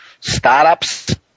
startups